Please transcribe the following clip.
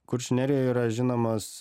kuršių nerijoj yra žinomos